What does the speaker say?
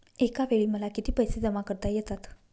एकावेळी मला किती पैसे जमा करता येतात?